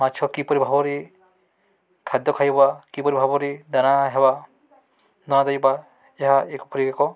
ମାଛ କିପରି ଭାବରେ ଖାଦ୍ୟ ଖାଇବା କିପରି ଭାବରେ ଦାନା ହେବା ଦାନ ଦେବା ଏହା ଏକ